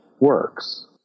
works